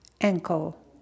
ankle